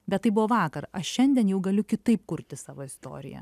bet tai buvo vakar aš šiandien jau galiu kitaip kurti savo istoriją